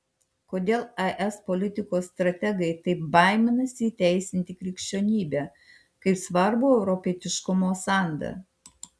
kodėl es politikos strategai taip baiminasi įteisinti krikščionybę kaip svarbų europietiškumo sandą